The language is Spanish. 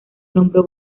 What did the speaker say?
nombró